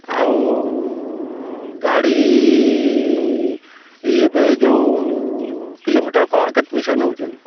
ଆଉ ଗାଡ଼ି ଇଏ ଯେଉଁ କିଲୋମିଟର କ'ଣ କେତେ ପଇସା ନଉଛନ୍ତି